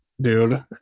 dude